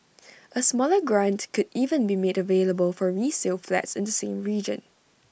A smaller grant could even be made available for resale flats in the same region